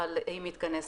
אבל היא מתכנסת.